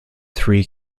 three